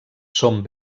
són